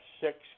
six